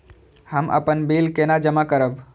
हम अपन बिल केना जमा करब?